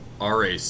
RAC